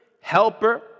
helper